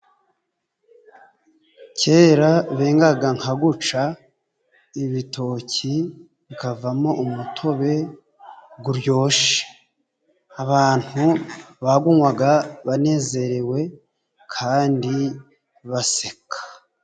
Kera bengaga nka gutya ibitoki, bikavamo umutobe uryoshye. Abantu bawunywaga banezerewe kandi baseka.